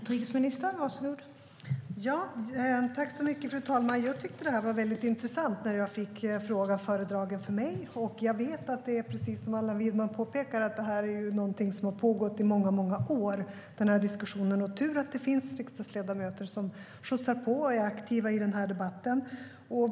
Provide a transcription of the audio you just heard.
Fru talman! Jag tyckte att frågan var intressant när jag fick den föredragen för mig. Jag vet att det är precis som Allan Widman påpekar, nämligen att diskussionen har pågått i många år. Tur att det finns riksdagsledamöter som skjutsar på och är aktiva i debatten.